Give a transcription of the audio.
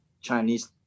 Chinese